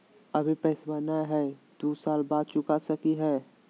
अभि पैसबा नय हय, दू साल बाद चुका सकी हय?